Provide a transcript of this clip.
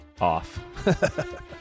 off